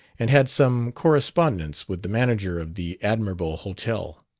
and had some correspondence with the manager of the admirable hotel.